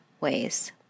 ways